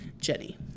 Jenny